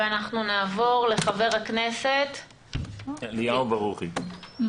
אנחנו נעבור לחבר הכנסת אליהו ברוכי,